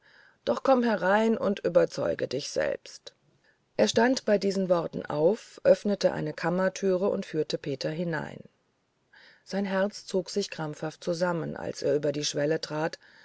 doch komm herein und überzeuge dich selbst er stand bei diesen worten auf öffnete eine kammertüre und führte peter hinein sein herz zog sich krampfhaft zusammen als er über die schwelle trat